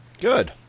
Good